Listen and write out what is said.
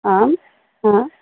आं हा